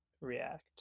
react